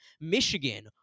Michigan